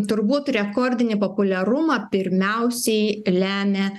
turbūt rekordinį populiarumą pirmiausiai lemia